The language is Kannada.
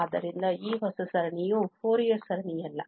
ಆದ್ದರಿಂದ ಈ ಹೊಸ ಸರಣಿಯು ಫೋರಿಯರ್ ಸರಣಿಯಲ್ಲ